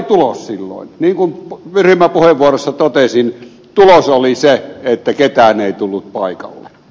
niin kuin ryhmäpuheessa totesin tulos oli se että ketään ei tullut paikalle